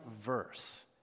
verse